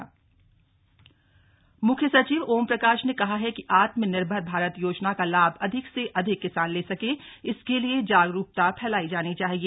मुख्य सचिव बैठक म्ख्य सचिव ओम प्रकाश कहा है कि आत्मनिर्भर भारत योजना का लाभ अधिक से अधिक किसान ले सके इसके लिए जागरूकता फैलायी जानी चाहिए